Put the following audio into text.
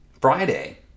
Friday